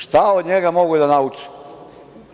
Šta od njega mogu da nauče?